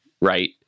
right